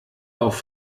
auf